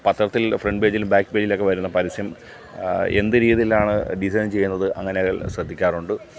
പത്രത്തിൽ ഫ്രണ്ട് പേജിലും ബാക്ക് പേജിലൊക്കെ വരുന്ന പരസ്യം എന്ത് രീതിയിലാണ് ഡിസൈൻ ചെയ്യുന്നത് അങ്ങനെ എല്ലാം ശ്രദ്ധിക്കാറുണ്ട്